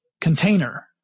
container